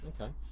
Okay